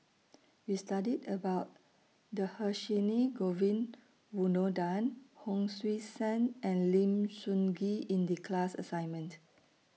We studied about Dhershini Govin Winodan Hon Sui Sen and Lim Sun Gee in The class assignment